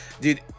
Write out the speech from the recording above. Dude